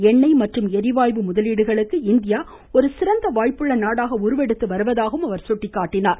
எண்ணெய் மற்றும் ளிவாயு முதலீடுகளுக்கு இந்தியா ஒரு சிறந்த வாய்ப்புள்ள நாடாக உருவெடுத்து வருவதாகவும் அவர் கூறினார்